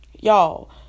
Y'all